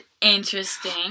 interesting